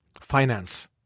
finance